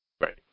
right